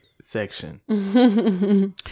section